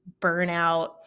burnout